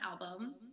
album